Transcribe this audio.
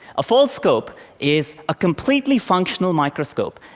a foldscope is a completely functional microscope,